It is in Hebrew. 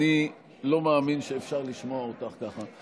אני לא מאמין שאפשר לשמוע אותך ככה.